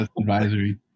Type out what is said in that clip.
advisory